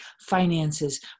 finances